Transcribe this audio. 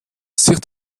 sich